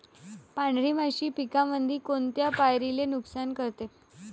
पांढरी माशी पिकामंदी कोनत्या पायरीले नुकसान करते?